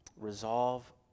Resolve